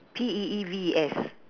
P E E V E S